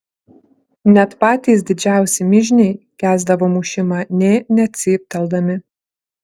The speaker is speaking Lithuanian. net patys didžiausi mižniai kęsdavo mušimą nė necypteldami